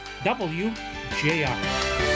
WJR